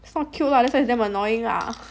it's not cute lah that's why it's that's damn annoying ah